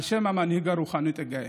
על שם המנהיג הרוחני טגיי.